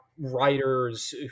writers